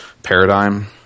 Paradigm